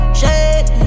shake